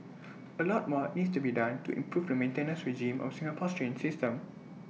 A lot more needs to be done to improve the maintenance regime of Singapore's train system